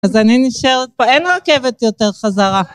אז אני נשארת פה, אין רכבת יותר חזרה.